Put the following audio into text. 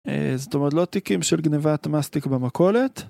זאת אומרת לא תיקים של גניבת מסטיק במכולת